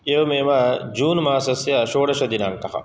एवमेव जून् मासस्य षोडशदिनाङ्कः